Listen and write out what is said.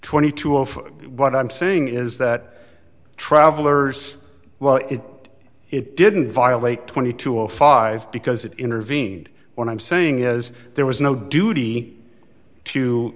twenty two of what i'm saying is that travelers well if it didn't violate twenty five because it intervened what i'm saying is there was no duty to